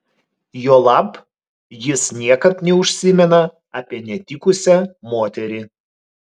juolab jis niekad neužsimena apie netikusią moterį